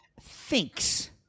thinks